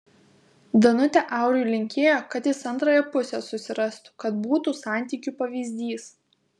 danutė auriui linkėjo kad jis antrąją pusę susirastų kad būtų santykių pavyzdys